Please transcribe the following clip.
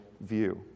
view